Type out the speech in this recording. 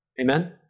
Amen